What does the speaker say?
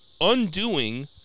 undoing